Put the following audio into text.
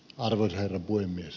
arvoisa herra puhemies